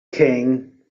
king